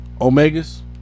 Omega's